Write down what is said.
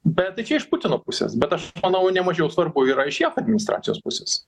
bet tai čia iš putino pusės bet aš manau nemažiau svarbu yra iš jav administracijos pusės